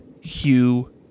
Hugh